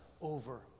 over